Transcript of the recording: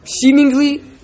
Seemingly